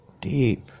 deep